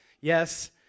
Yes